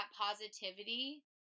positivity